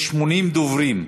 יש 80 דוברים,